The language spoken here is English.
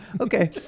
Okay